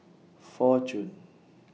Fortune